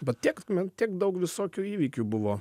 bet tiek men tiek daug visokių įvykių buvo